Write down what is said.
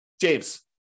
James